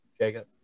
Jacob